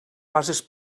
bases